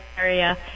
area